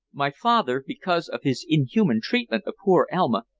my father, because of his inhuman treatment of poor elma,